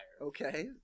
Okay